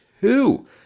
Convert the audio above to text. two